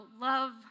love